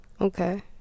Okay